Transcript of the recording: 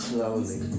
Slowly